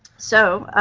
so,